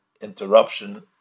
interruption